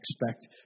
expect